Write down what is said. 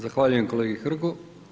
Zahvaljujem kolegi Hrgu.